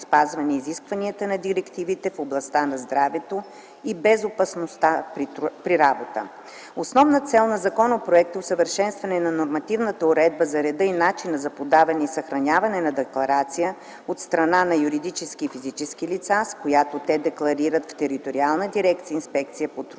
спазване изискванията на директивите в областта на здравето и безопасността при работа. Основната цел на законопроекта е усъвършенстване на нормативната уредба за реда и начина за подаване и съхраняване на декларация от страна на юридическите и физическите лица, с която те декларират в териториална